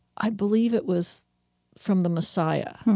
i believe it was from the messiah.